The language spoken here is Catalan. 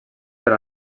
per